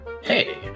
Hey